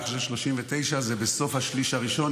אני חושב ש-39 זה בסוף השליש הראשון,